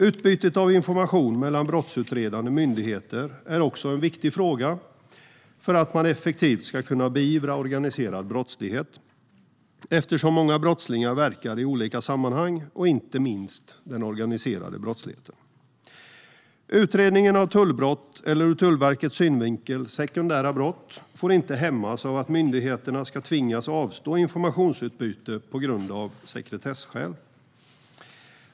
Utbytet av information mellan brottsutredande myndigheter är också en viktig fråga för att man effektivt ska kunna beivra organiserad brottslighet eftersom många brottslingar verkar i olika sammanhang, inte minst den organiserade brottsligheten. Utredningen av tullbrott eller ur Tullverkets synvinkel sekundära brott får inte hämmas av att myndigheterna ska tvingas avstå informationsutbyte på grund av sekretesskäl.